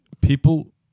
People